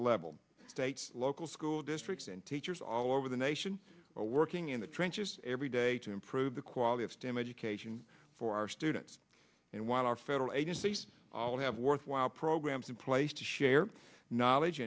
level state local school districts and teachers all over the nation working in the trenches every day to improve the quality of stem education for our students and while our federal agencies all have worthwhile programs in place to share knowledge